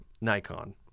Nikon